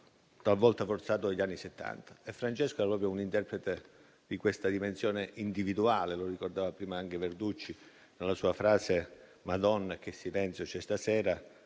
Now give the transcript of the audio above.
talvolta forzato, degli anni Settanta. Francesco era proprio l'interprete di quella dimensione individuale, come ricordava prima anche il senatore Verducci. Nella sua frase «Madonna che silenzio c'è stasera»